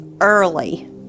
early